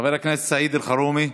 חבר הכנסת סעיד אלחרומי,